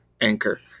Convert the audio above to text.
Anchor